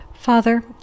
Father